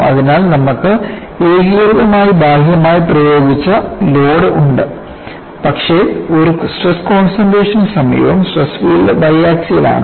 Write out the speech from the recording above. അതിനാൽ നമുക്ക് ഏകീകൃതമായി ബാഹ്യമായി പ്രയോഗിച്ച ലോഡ് ഉണ്ട് പക്ഷേ ഒരു സ്ട്രെസ് കോൺസെൻട്രേഷനു സമീപം സ്ട്രെസ് ഫീൽഡ് ബൈ ആസ്കിയൽ ആണ്